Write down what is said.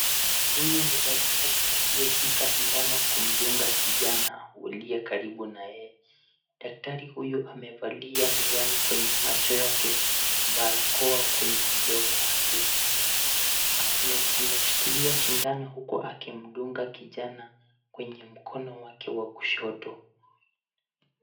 Huyu ni daktari aliyeshika sindano kumdunga kijana uliyekaribu naye. Daktari huyu amevalia miwani kwenye macho yake na barakoa kwenye mdomo wake. Ameshikilia sindano uku akimdunga kijana kwenye mkono wake wa kushoto.